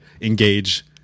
engage